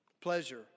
Pleasure